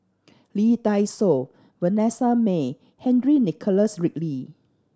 Lee Dai Soh Vanessa Mae Henry Nicholas Ridley